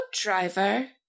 driver